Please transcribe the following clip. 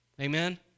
Amen